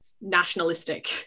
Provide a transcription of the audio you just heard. nationalistic